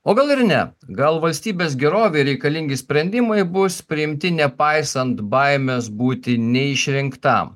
o gal ir ne gal valstybės gerovei reikalingi sprendimai bus priimti nepaisant baimės būti neišrinktam